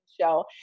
show